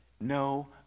no